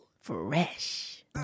Fresh